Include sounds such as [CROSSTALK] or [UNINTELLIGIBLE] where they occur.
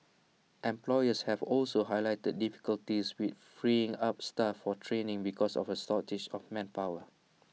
employers have also highlighted difficulties with freeing up staff for training because of A [UNINTELLIGIBLE] of manpower